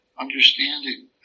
understanding